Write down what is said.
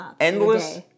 endless